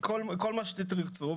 כל מה שתרצו.